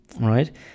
right